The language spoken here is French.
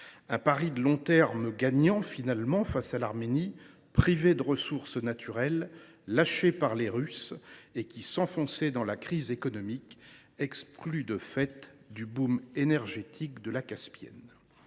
Ce pari de long terme a été gagnant face à l’Arménie : privée de ressources naturelles et lâchée par les Russes, celle ci s’enfonçait dans la crise économique, exclue de fait du boom énergétique de la Caspienne.